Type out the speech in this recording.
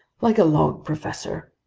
like a log, professor.